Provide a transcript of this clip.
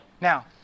Now